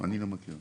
אני לא מכיר.